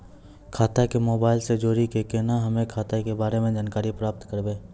खाता के मोबाइल से जोड़ी के केना हम्मय खाता के बारे मे जानकारी प्राप्त करबे?